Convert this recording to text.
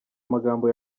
magambo